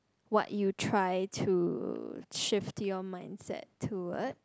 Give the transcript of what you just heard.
what you try to shift your mindset toward